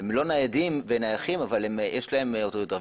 הם לא ניידים ונייחים, אבל יש להם אוטוריטה.